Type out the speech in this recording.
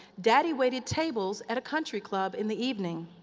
daddy waited tables at a country club in the evening,